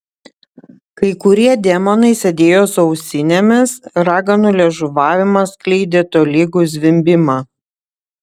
kai kurie demonai sėdėjo su ausinėmis raganų liežuvavimas skleidė tolygų zvimbimą